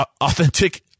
authentic